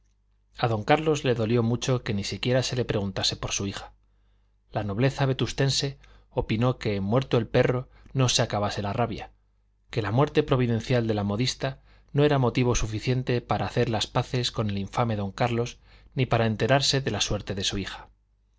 a don carlos le dolió mucho que ni siquiera se le preguntase por su hija la nobleza vetustense opinó que muerto el perro no se acabase la rabia que la muerte providencial de la modista no era motivo suficiente para hacer las paces con el infame don carlos ni para enterarse de la suerte de su hija